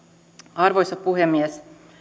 arvoisa puhemies